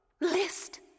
List